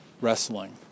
wrestling